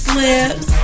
lips